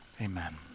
Amen